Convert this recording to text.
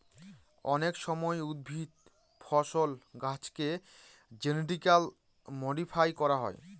অনেক সময় উদ্ভিদ, ফসল, গাছেকে জেনেটিক্যালি মডিফাই করা হয়